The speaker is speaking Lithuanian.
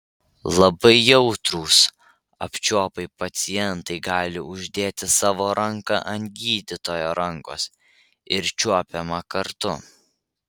labai jautrūs apčiuopai pacientai gali uždėti savo ranką ant gydytojo rankos ir čiuopiama kartu